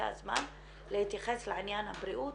שנשארו לי עד הפנסיה במלחמה להנגיש את השירותים ולמען הנשים הבדואיות,